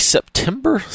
September